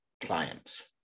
clients